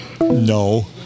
No